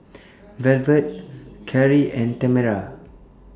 Velvet Carri and Tamera